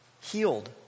healed